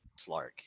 Slark